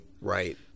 Right